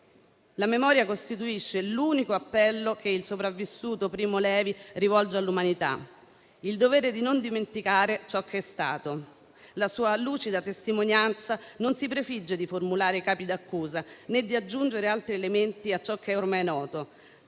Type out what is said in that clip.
La memoria costituisce l'unico appello che il sopravvissuto Primo Levi rivolge all'umanità: il dovere di non dimenticare ciò che è stato. La sua lucida testimonianza non si prefigge di formulare capi d'accusa, né di aggiungere altri elementi a ciò che è ormai noto,